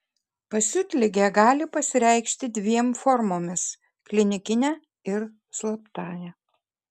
pasiutligė gali pasireikšti dviem formomis klinikine ir slaptąja